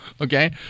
Okay